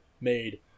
made